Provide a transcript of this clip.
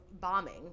bombing